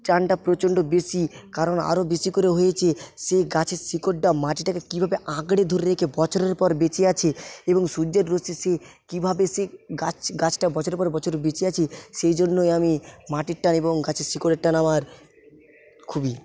টানটা প্রচণ্ড বেশি কারণ আরও বেশি করে হয়েছে সেই গাছের শিকড়ডা মাটিটাকে কীভাবে আঁকড়ে ধরে রেখে বছরের পর বেঁচে আছে এবং সূর্যের রশ্মি সেই কীভাবে সেই গাছ গাছটা বছরের পর বছর বেঁচে আছে সেইজন্যই আমি মাটির টান এবং গাছের শিকড়ের টান আমার খুবই